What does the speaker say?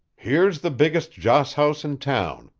here's the biggest joss-house in town,